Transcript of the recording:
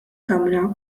kamra